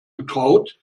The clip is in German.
getraut